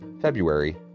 February